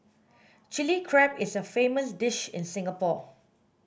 chilli crab is a famous dish in Singapore